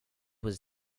was